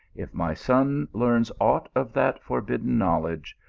if my son learns aught of that forbidden knowledge,